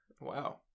Wow